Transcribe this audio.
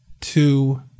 two